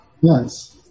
Yes